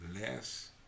less